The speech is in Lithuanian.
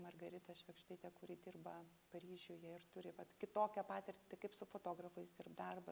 margarita švėgždaitė kuri dirba paryžiuje ir turi vat kitokią patirtį kaip su fotografais dirbt darbas